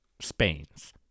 Spain's